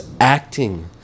acting